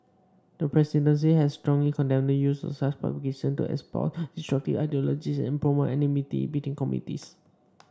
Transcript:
the presidency has strongly condemned the use of such publications to espouse destructive ideologies and promote enmity between communities